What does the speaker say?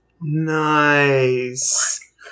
Nice